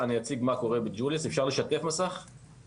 אנחנו נשתדל ככה להבין את הדברים.